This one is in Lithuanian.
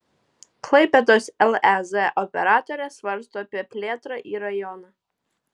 klaipėdos lez operatorė svarsto apie plėtrą į rajoną